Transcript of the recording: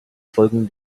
folgen